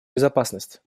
безопасность